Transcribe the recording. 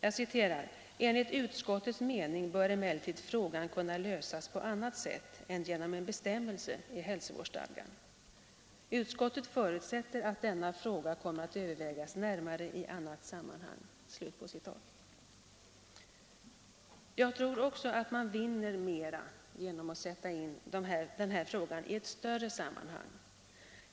Jag citerar: ”Enligt utskottets mening bör emellertid frågan kunna lösas på annat sätt än genom en bestämmelse i hälsovårdsstadgan. Utskottet förutsätter att denna fråga kommer att övervägas närmare i annat sammanhang.” Jag tror också att man vinner mera genom att sätta in den här frågan i ett större sammanhang.